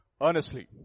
earnestly